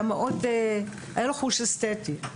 היה לו חוש אסטטי,